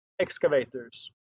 excavators